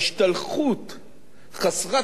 חסרת בסיס, שלוחת רסן